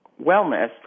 wellness